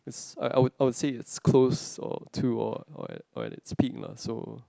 like I would I would it's close or to or or at or at it's peak lah so